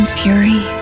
fury